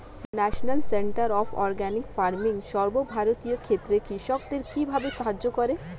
National centre of organic farming সর্বভারতীয় ক্ষেত্রে কৃষকদের কিভাবে সাহায্য করে?